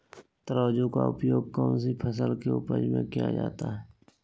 तराजू का उपयोग कौन सी फसल के उपज में किया जाता है?